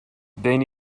then